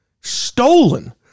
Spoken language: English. stolen